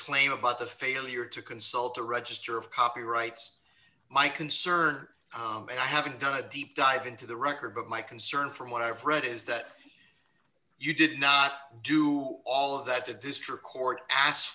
claim about the failure to consult a register of copyrights my concert and i have to go a deep dive into the record but my concern from what i've read is that you did not do all of that the district court asked